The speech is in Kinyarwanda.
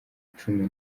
cumi